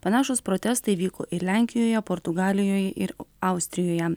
panašūs protestai vyko ir lenkijoje portugalijoje ir austrijoje